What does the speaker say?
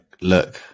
look